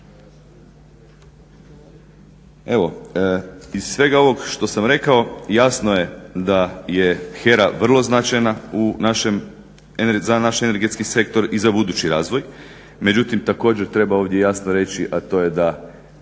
Evo iz svega ovog što sam rekao jasno je da je HERA vrlo značajna za naš energetski sektor i za budući razvoj, međutim također treba ovdje jasno reći, a to je da